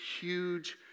huge